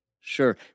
Sure